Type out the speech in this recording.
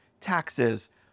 taxes